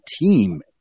team